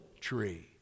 tree